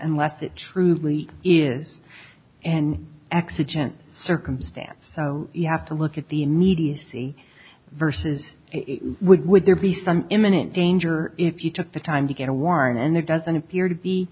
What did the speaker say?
unless it truly is an exigent circumstance so you have to look at the immediacy versus what would there be some imminent danger if you took the time to get a warning and it doesn't appear to be